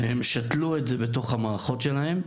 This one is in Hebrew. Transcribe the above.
והשם שתלו אותו בתוך המערכות שלהם,